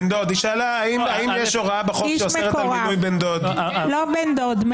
לא בן דוד.